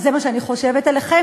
אז זה מה שאני חושבת עליכם.